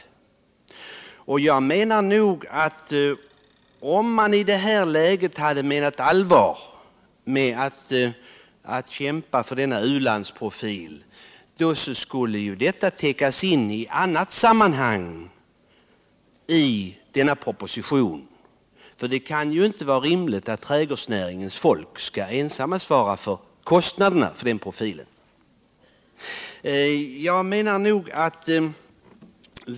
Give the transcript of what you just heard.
Om man menar allvar med att kämpa för vår u-landsprofil borde man i propositionen ha föreslagit andra lösningar, för det kan inte vara rimligt att trädgårdsnäringens utövare ensamma skall svara för kostnaderna.